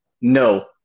No